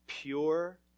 Pure